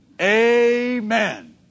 Amen